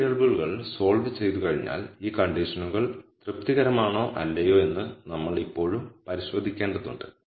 ഈ വേരിയബിളുകൾ സോൾവ് ചെയ്തുകഴിഞ്ഞാൽ ഈ കണ്ടിഷനുകൾ തൃപ്തികരമാണോ അല്ലയോ എന്ന് നമ്മൾ ഇപ്പോഴും പരിശോധിക്കേണ്ടതുണ്ട്